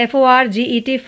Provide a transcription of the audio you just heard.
Forget